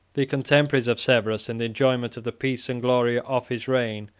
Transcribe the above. the contemporaries of severus in the enjoyment of the peace and glory of his reign,